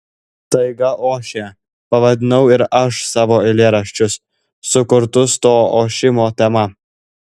taiga ošia pavadinau ir aš savo eilėraščius sukurtus to ošimo tema